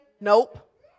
Nope